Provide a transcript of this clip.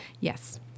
Yes